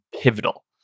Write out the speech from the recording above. pivotal